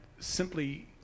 simply